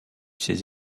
ses